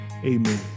Amen